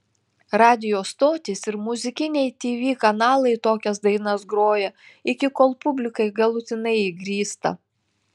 radijo stotys ir muzikiniai tv kanalai tokias dainas groja iki kol publikai galutinai įgrysta